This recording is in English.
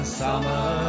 summer